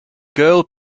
girl